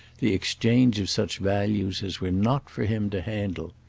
the exchange of such values as were not for him to handle.